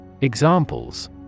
Examples